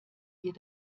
ihr